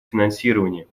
финансировании